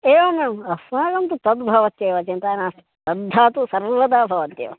एवमेवम् अस्माकं तु तद्भवत्येव चिन्ता नास्ति श्रद्धा तु सर्वदा भवत्येव